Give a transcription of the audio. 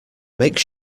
make